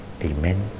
Amen